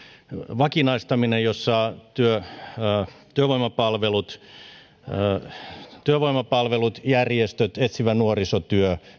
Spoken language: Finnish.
vakinaistaminen jossa työvoimapalvelut työvoimapalvelut järjestöt etsivä nuorisotyö